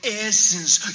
essence